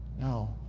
No